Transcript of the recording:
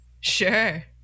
Sure